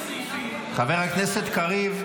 חבר הכנסת קריב,